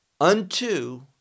unto